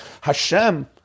Hashem